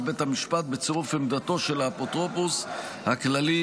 בית המשפט בצירוף עמדתו של האפוטרופוס הכללי,